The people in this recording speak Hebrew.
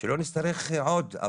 שלא נצטרך עוד.